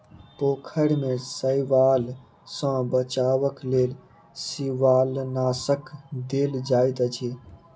पोखैर में शैवाल सॅ बचावक लेल शिवालनाशक देल जाइत अछि